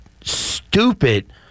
stupid